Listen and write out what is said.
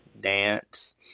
dance